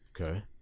okay